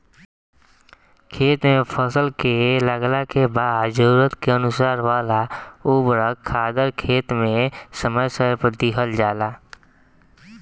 खेत में फसल के लागला के बाद जरूरत के अनुसार वाला उर्वरक खादर खेत में समय समय पर दिहल जाला